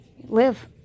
live